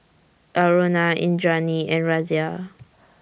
Aruna Indranee and Razia